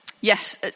yes